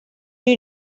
new